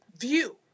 view